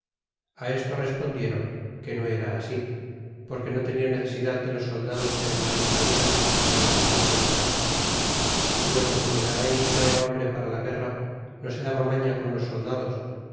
a esto respondieron que no era así porque no tenia necesidad de los soldados que el garay traia para les hacer amotinar sino que como el garay no era hombre para la guerra no se daba maña con los soldados